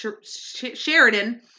Sheridan